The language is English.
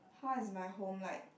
how is my home like